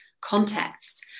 contexts